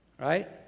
right